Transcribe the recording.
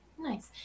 Nice